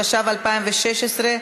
התשע"ו 2016,